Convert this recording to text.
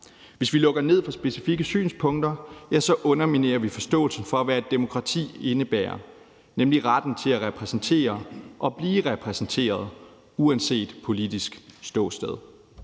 Hvis vi lukker ned for specifikke synspunkter, underminerer vi forståelsen for, hvad et demokrati indebærer, nemlig retten til at repræsentere og blive repræsenteret uanset politisk ståsted.